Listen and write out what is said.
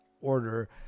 order